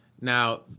Now